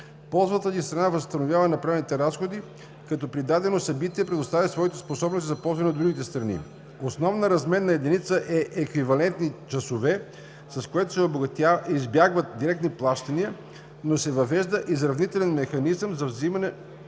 Ползвалата ги страна възстановява направените разходи, като при дадено събитие предоставя свои способности за ползване от другите страни. Основната разменна единица е еквивалентни часове, с което се избягват директни плащания, но се въвежда изравнителен механизъм за взаимните